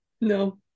No